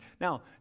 Now